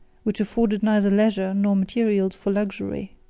which afforded neither leisure nor materials for luxury.